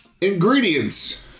Ingredients